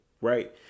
right